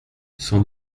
sans